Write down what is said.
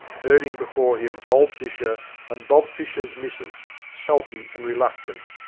herding before him old fisher and bob fisher's missis, sulky and reluctant,